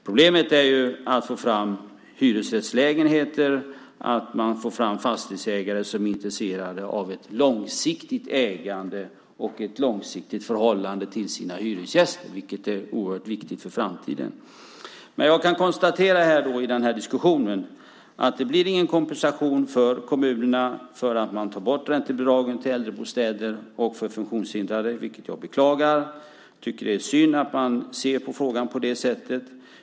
Problemet är att få fram hyresrättslägenheter, att få fram fastighetsägare som är intresserade av ett långsiktigt ägande och ett långsiktigt förhållande till sina hyresgäster, vilket är oerhört viktigt för framtiden. Jag konstaterar i diskussionen att det blir ingen kompensation för kommunerna för att man tar bort räntebidragen till äldrebostäder och för funktionshindrade, vilket jag beklagar. Det är synd att man ser på frågan på det sättet.